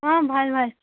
অঁ ভাল ভাল